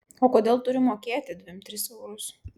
o kodėl turiu mokėti dvim tris eurus